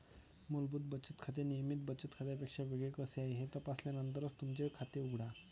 मूलभूत बचत खाते नियमित बचत खात्यापेक्षा वेगळे कसे आहे हे तपासल्यानंतरच तुमचे खाते उघडा